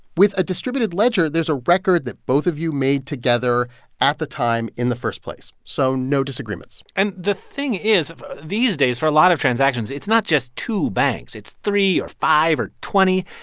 with a distributed ledger, there's a record that both of you made together at the time in the first place, so no disagreements and the thing is ah these days, for a lot of transactions, it's not just two banks. it's three or five or twenty.